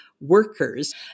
workers